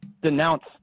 denounce